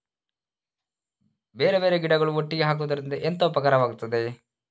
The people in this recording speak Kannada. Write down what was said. ಬೇರೆ ಬೇರೆ ಗಿಡಗಳು ಒಟ್ಟಿಗೆ ಹಾಕುದರಿಂದ ಎಂತ ಉಪಕಾರವಾಗುತ್ತದೆ?